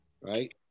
Right